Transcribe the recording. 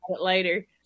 later